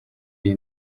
iyi